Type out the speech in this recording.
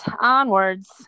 onwards